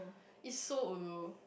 is so ulu